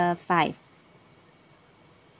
~er five